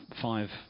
five